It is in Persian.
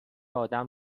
آدم